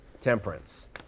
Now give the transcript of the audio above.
temperance